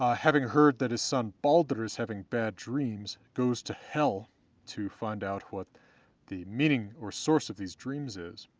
ah having heard that his son baldr is having bad dreams, goes to hel to find out what the meaning or source of these dreams is,